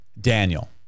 Daniel